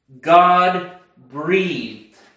God-breathed